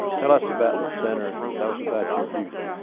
tell us about the center and tell us about your duties